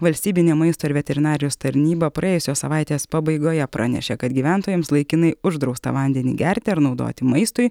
valstybinė maisto ir veterinarijos tarnyba praėjusios savaitės pabaigoje pranešė kad gyventojams laikinai uždrausta vandenį gerti ar naudoti maistui